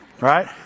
Right